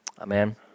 Amen